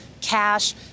cash